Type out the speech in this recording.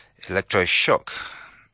Electroshock